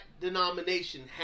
denomination